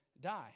die